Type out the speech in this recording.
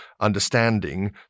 understanding